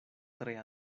tre